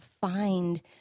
find